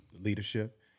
leadership